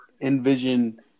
Envision